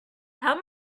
how